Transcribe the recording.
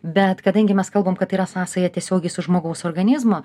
bet kadangi mes kalbam kad tai yra sąsaja tiesiogiai su žmogaus organizmu